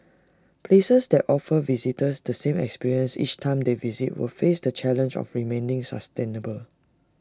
places that offer visitors the same experience each time they visit will face the challenge of remaining sustainable